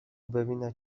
ببیند